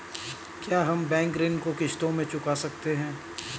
क्या हम बैंक ऋण को किश्तों में चुका सकते हैं?